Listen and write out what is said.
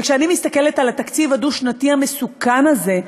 וכשאני מסתכלת על התקציב הדו-שנתי המסוכן הזה,